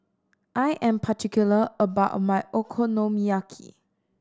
I am particular about my Okonomiyaki